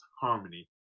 harmony